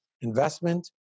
investment